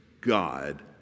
God